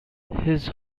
his